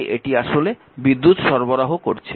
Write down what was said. তাই এটি আসলে বিদ্যুৎ সরবরাহ করছে